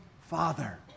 Father